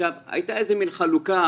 הייתה איזה מין חלוקה,